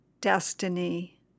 destiny